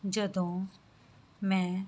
ਜਦੋਂ ਮੈਂ